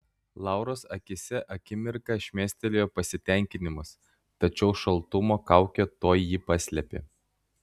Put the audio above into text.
lauros akyse akimirką šmėstelėjo pasitenkinimas tačiau šaltumo kaukė tuoj jį paslėpė